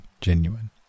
genuine